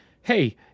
Hey